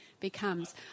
becomes